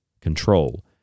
control